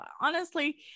honestly-